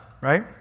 right